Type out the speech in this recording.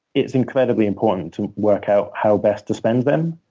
it's incredibly important to work out how best to spend them.